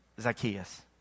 Zacchaeus